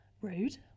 rude